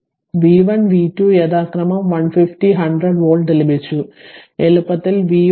v1 v2 യഥാക്രമം 150 100 volt ലഭിച്ചു എളുപ്പത്തിൽ v1 v 4 നു കെവിഎൽ പ്രയോഗിക്കുക